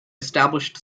established